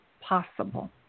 possible